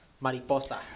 Mariposa